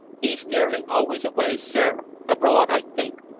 e's nearly always away, sir abroad, i think,